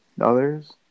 others